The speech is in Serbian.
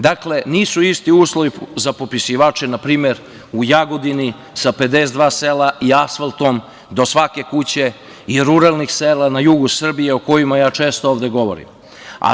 Dakle, nisu isti uslovi za popisivače npr. u Jagodini sa 52 sela i asfaltom do svake kuće i ruralnih sela na jugu Srbije, o kojima često govorim ovde.